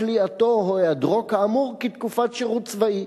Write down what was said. כליאתו או היעדרו כאמור כתקופת שירות צבאי,